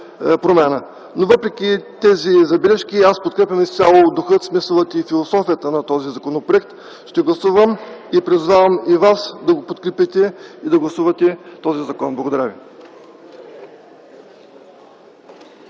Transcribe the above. промяна? Въпреки тези забележки, аз подкрепям изцяло духа, смисъла и философията на този законопроект. Ще гласувам и призовавам и вас да го подкрепите и да гласувате този закон. Благодаря ви.